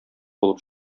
булып